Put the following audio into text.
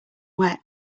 wet